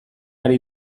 ari